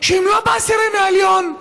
שהם לא בעשירון העליון,